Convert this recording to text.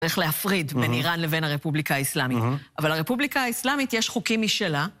צריך להפריד בין איראן לבין הרפובליקה האסלאמית. אבל הרפובליקה האסלאמית יש חוקים משלה.